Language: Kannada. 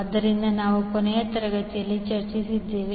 ಆದ್ದರಿಂದ ನಾವು ಕೊನೆಯ ತರಗತಿಯಲ್ಲಿ ಚರ್ಚಿಸಿದ್ದೇವೆ